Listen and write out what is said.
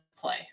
play